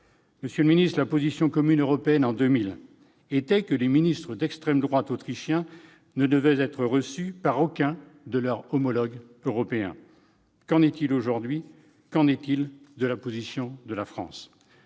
de l'Europe ? La position commune européenne, en 2000, était que les ministres d'extrême droite autrichiens ne devaient être reçus par aucun de leurs homologues européens : qu'en est-il aujourd'hui ? Qu'en est-il de la position de la France ?